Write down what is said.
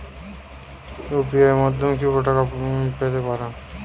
UPI মাধ্যমে কি ভাবে টাকা পেতে পারেন?